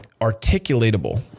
articulatable